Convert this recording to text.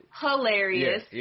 Hilarious